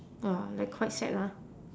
!wah! like quite sad ah